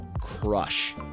crush